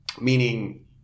meaning